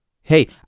hey